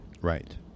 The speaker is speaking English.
Right